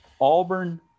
Auburn